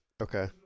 Okay